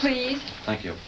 please thank you